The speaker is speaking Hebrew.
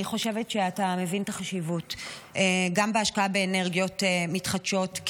אני חושבת שאתה מבין את החשיבות גם בהשקעה באנרגיות מתחדשות,